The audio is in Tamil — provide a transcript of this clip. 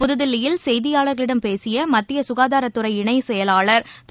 புதுதில்லியில் செய்தியாளர்களிடம் பேசியமத்தியசுகாதாரத்துறை இணையலாளர் திரு